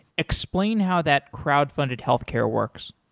explain how that crowd-funded healthcare works.